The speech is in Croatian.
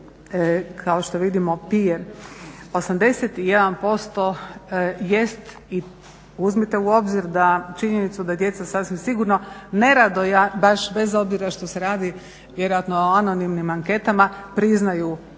kao što vidimo pije 81% jest i uzmite u obzir činjenicu da djeca sasvim sigurno nerado baš bez obzira što se radi vjerojatno o anonimnim anketama priznaju